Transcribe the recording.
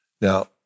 Now